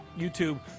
YouTube